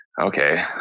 okay